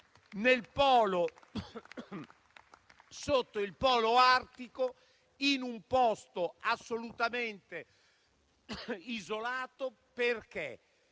sotto il Polo artico, in un posto assolutamente isolato, perché